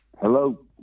Hello